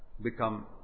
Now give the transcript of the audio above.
become